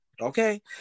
Okay